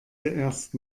zuerst